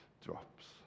drops